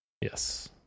Yes